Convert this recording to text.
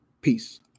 Peace